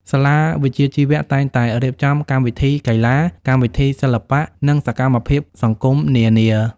សាលាវិជ្ជាជីវៈតែងតែរៀបចំកម្មវិធីកីឡា កម្មវិធីសិល្បៈ និងសកម្មភាពសង្គមនានា។